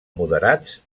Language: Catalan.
moderats